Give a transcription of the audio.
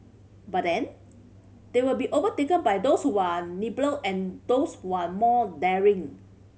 but then they will be overtaken by those who are nimbler and those who are more daring